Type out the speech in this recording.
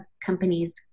companies